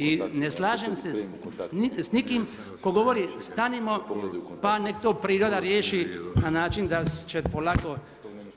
I ne slažem s nikim tko govori stanimo pa nek' to priroda riješi na način da će polako